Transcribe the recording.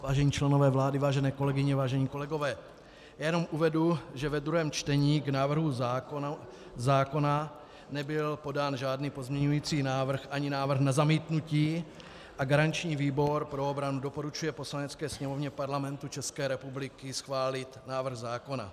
Vážení členové vlády, vážené kolegyně, vážení kolegové, já jenom uvedu, že ve druhém čtení k návrhu zákona nebyl podán žádný pozměňovací návrh ani návrh na zamítnutí a garanční výbor pro obranu doporučuje Poslanecké sněmovně Parlamentu České republiky schválit návrh zákona.